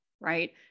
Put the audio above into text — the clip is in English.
right